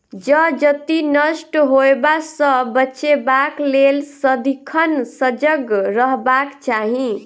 जजति नष्ट होयबा सँ बचेबाक लेल सदिखन सजग रहबाक चाही